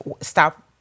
stop